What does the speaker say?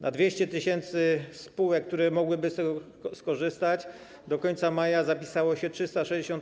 Na 200 tys. spółek, które mogłyby z tego skorzystać, do końca maja zapisało się 360.